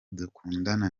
dukundana